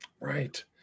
Right